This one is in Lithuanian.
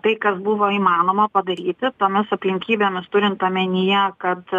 tai kas buvo įmanoma padaryti tomis aplinkybėmis turint omenyje kad